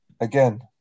again